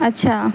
اچھا